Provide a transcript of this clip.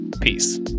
Peace